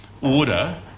order